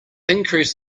increase